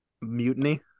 Mutiny